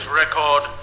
record